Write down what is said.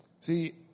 See